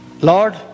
Lord